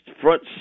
front